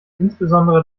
insbesondere